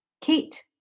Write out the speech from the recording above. Kate